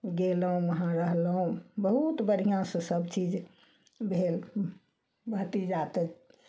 गेलहुॅं वहाँ रहलहुॅं बहुत बढ़िऑं से सब चीज भेल भतीजा तऽ